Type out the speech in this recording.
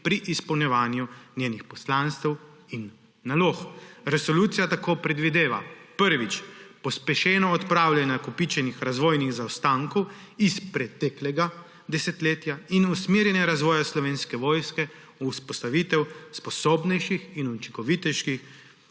pri izpolnjevanju njenih poslanstev in nalog. Resolucija tako predvideva, prvič, pospešeno odpravljanje nakopičenih razvojnih zaostankov iz preteklega desetletja in usmerjanje razvoja Slovenske vojske v vzpostavitev sposobnejših in učinkovitejših